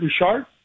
Richard